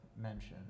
mention